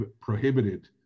prohibited